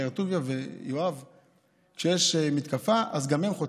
באר טוביה, כשיש מתקפה, אז גם הם חוטפים.